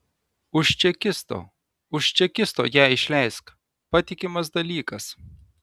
už čekisto už čekisto ją išleisk patikimas dalykas